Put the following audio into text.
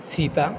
Sita